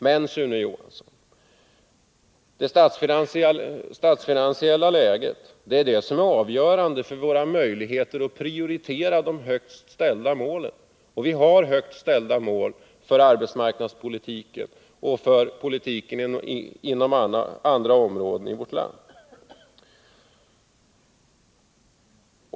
Men, Sune Johansson, det statsfinansiella läget är det som är avgörande för våra möjligheter att prioritera de högst ställda målen, och vi har högt ställda mål för arbetsmarknadspolitiken och för politiken även inom andra områden i vårt land.